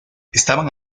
estaban